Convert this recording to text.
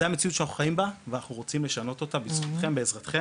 זאת המציאות שאנחנו חיים בה ואנחנו רוצים לשנות אותה בזכותכם ובעזרתכם.